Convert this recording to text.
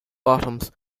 bottoms